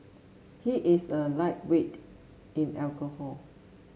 he is a lightweight in alcohol